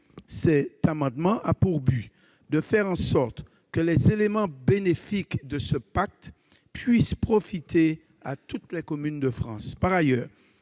Cet amendement a pour objet de faire en sorte que les éléments bénéfiques de ce pacte puissent profiter à toutes les communes de France.